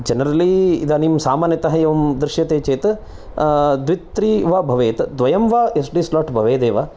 generally इदानीं सामान्यत एवं दृश्यते चेत् द्वित्री वा भवेत् द्वयं वा एस् डी स्लाट् भवेदेव